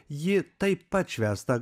ji taip pat švęsta